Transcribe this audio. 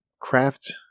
craft